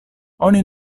oni